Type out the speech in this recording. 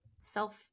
self